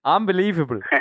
Unbelievable